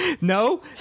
No